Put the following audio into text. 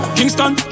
Kingston